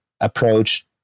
approach